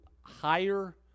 higher